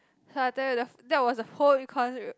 !huh! I tell you the that was the whole econs